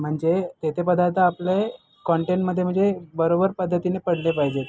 म्हणजे ते ते पदार्थ आपले कॉन्टेनमध्ये म्हणजे बरोबर पद्धतीनं पडले पाहिजेत